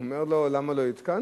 הוא אומר לו: למה לא התקנתי?